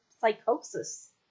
psychosis